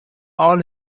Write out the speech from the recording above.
all